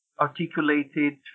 articulated